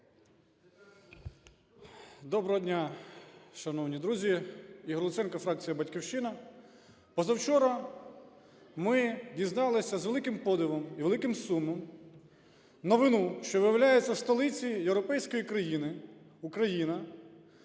Доброго дня, шановні друзі! Ігор Луценко, фракція "Батьківщина". Позавчора ми дізналися з великим подивом і великим сумом новину, що, виявляється, в столиці європейської країни Україна